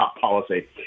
policy